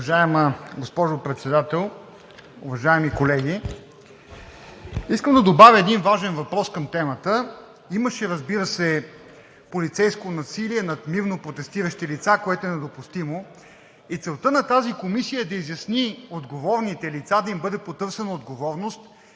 Уважаема госпожо Председател, уважаеми колеги! Искам да добавя един важен въпрос към темата. Имаше, разбира се, полицейско насилие над мирно протестиращи лица, което е недопустимо, и целта на тази комисия е да изясни отговорните лица, да им бъде потърсена отговорност